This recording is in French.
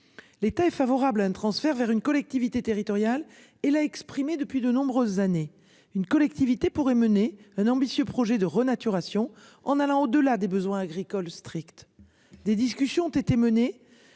L'État est favorable à un transfert vers une collectivité territoriale et la exprimé depuis de nombreuses années une collectivité pourrait mener un ambitieux projet de renaturation en allant au-delà des besoins agricoles strict. Des discussions ont été menées